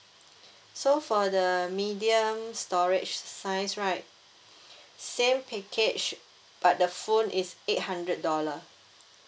so for the medium storage size right same package but the phone is eight hundred dollar